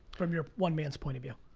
from your one man's point of view?